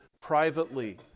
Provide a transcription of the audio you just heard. privately